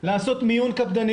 לעשות מיון קפדני,